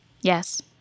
Yes